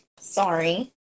Sorry